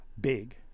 big